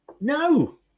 No